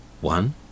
one